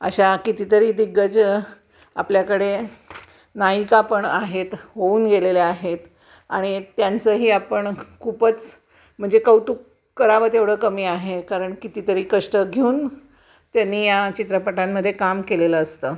अशा कितीतरी दिग्गज आपल्याकडे नायिका पण आहेत होऊन गेलेल्या आहेत आणि त्यांचंही आपण खूपच म्हणजे कौतुक करावं तेवढं कमी आहे कारण कितीतरी कष्ट घेऊन त्यांनी या चित्रपटांमध्ये काम केलेलं असतं